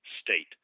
state